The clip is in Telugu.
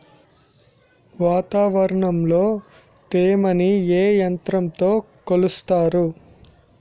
వాతావరణంలో తేమని ఏ యంత్రంతో కొలుస్తారు?